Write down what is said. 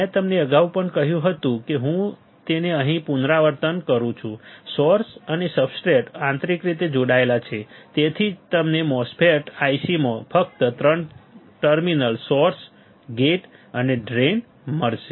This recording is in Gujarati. મેં તમને અગાઉ પણ કહ્યું હતું કે હું તેને અહીં પુનરાવર્તન કરું છું સોર્સ અને સબસ્ટ્રેટ આંતરિક રીતે જોડાયેલા છે તેથી જ તમને MOSFET ICs માં ફક્ત 3 ટર્મિનલ સોર્સ ગેટ અને ડ્રેઇન મળશે